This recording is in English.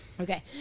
Okay